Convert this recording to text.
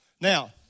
Now